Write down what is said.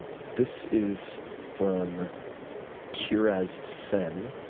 ah this is from kuraz sen.